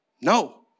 No